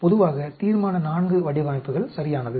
பொதுவாக தீர்மான IV வடிவமைப்புகள் சரியானது